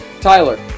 Tyler